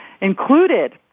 included